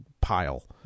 pile